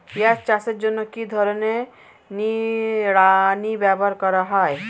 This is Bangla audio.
পিঁয়াজ চাষের জন্য কি ধরনের নিড়ানি ব্যবহার করা হয়?